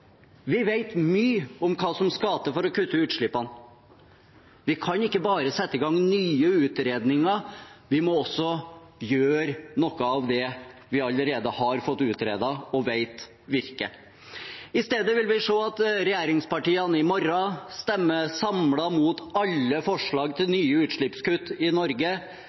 Vi vet mye om hva som skal til for å kutte utslippene. Vi kan ikke bare sette i gang nye utredninger, vi må også gjøre noe av det vi allerede har fått utredet og vet virker. I stedet vil vi se at regjeringspartiene i morgen stemmer samlet mot alle forslag til nye utslippskutt i Norge.